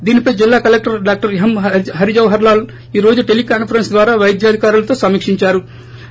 దీనిపై జిల్లా collector doctor M Harijawahar Lal ఈరోజు టెలీకాన్పరెన్స్ ద్వారా వైద్యాధికారులు తో సమీకిందారు